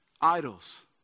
idols